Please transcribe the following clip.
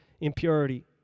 impurity